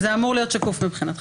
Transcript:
אז זה אמור להיות שקוף מבחינתכם.